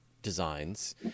designs